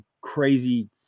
crazy